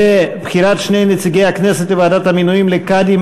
לבחירת שני נציגי הכנסת לוועדת המינויים לקאדים